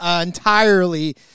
entirely